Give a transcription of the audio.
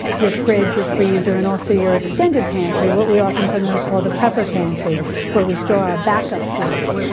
your fridge or freezer, and also your extended pantry what we often sometimes call the prepper pantry where we store our backup foods.